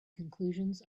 conclusions